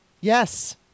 Yes